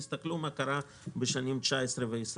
תסתכלו מה קרה בשנים 2019 ו-2020.